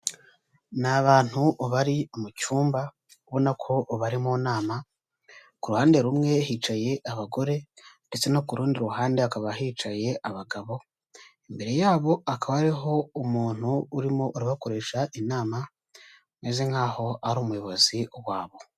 Ni abantu bari mu cyumba ubona ko bari mu nama, ku ruhande rumwe hicaye abagore, ndetse no ku rundi ruhande hakaba hicaye abagabo, imbere yabo hakaba hariho umuntu urimo arabakoresha inama umeze nk'aho ari umuyobozi wabo.